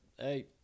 Hey